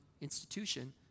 institution